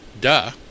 Duh